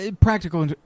Practical